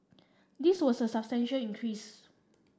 this was a substantial increase